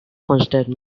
considered